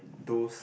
those